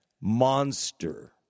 monster